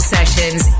Sessions